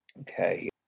Okay